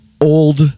old